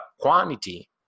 quantity